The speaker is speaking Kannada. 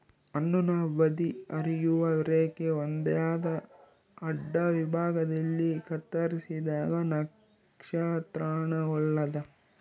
ಹಣ್ಣುನ ಬದಿ ಹರಿಯುವ ರೇಖೆ ಹೊಂದ್ಯಾದ ಅಡ್ಡವಿಭಾಗದಲ್ಲಿ ಕತ್ತರಿಸಿದಾಗ ನಕ್ಷತ್ರಾನ ಹೊಲ್ತದ